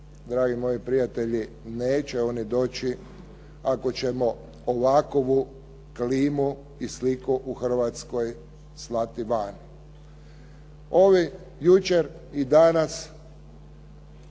Dragi moji prijatelji neće oni doći ako ćemo ovakvu klimu i sliku u Hrvatskoj slati vani. Ovi jučer i danas